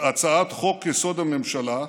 בהצעת חוק-יסוד: הממשלה,